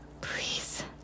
Please